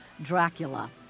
Dracula